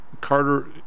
Carter